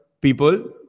people